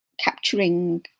capturing